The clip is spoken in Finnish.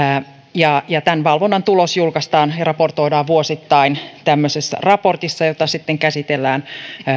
ja ja tämän valvonnan tulos julkaistaan ja raportoidaan vuosittain tämmöisessä raportissa jota sitten käsitellään